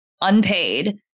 unpaid